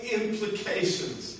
implications